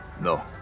No